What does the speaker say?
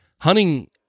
Hunting